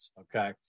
okay